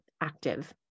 active